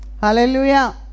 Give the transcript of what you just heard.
Hallelujah